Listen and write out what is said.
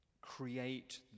create